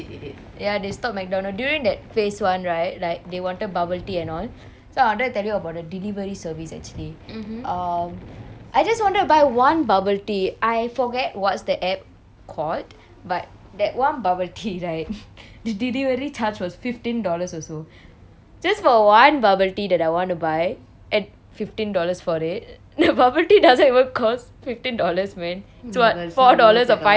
they stopped macdonald during that phase one right like they wanted bubble tea and all so I wanted to tell you about the delivery service actually uh I just wanted to buy one bubble tea I forget what's the app called but that one bubble tea right delivery charge was fifteen dollars also just for one bubble tea that I want to buy add fifteen dollars for it the bubble tea doesn't even cost fifteen dollars man it's what four dollars or five dollars